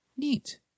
neat